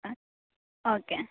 okay